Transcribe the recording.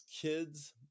kids